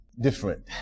different